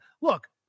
Look